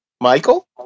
Michael